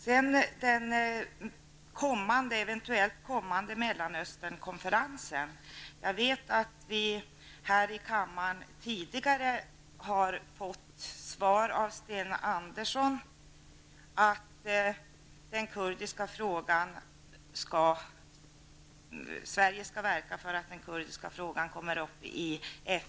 Sedan till frågan om den eventuellt kommande Mellanösternkonferensen. Jag vet att vi här i kammaren tidigare har fått till svar från Sten Andersson, att Sverige skall verka för att den kurdiska frågan tas upp i FN.